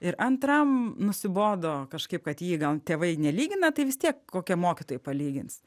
ir antram nusibodo kažkaip kad jį gal tėvai nelygina tai vis tiek kokie mokytojai palygins